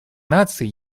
наций